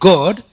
God